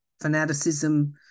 fanaticism